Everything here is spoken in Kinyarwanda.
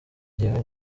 jyewe